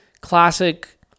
classic